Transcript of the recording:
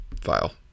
file